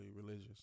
religious